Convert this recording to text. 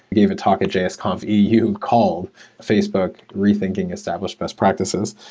gave a talk at jsconf eu, called facebook reth inking established best practices.